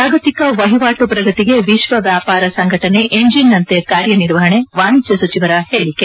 ಜಾಗತಿಕ ವಹಿವಾಟು ಪ್ರಗತಿಗೆ ವಿಶ್ವ ವ್ಯಾಪಾರ ಸಂಘಟನೆ ಎಂಜಿನಂತೆ ಕಾರ್ಯನಿರ್ವಹಣೆ ವಾಣಿಜ್ಯ ಸಚಿವರ ಹೇಳಿಕೆ